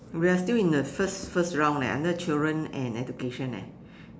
we are still in the first first round leh under children and education eh